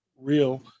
real